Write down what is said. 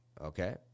Okay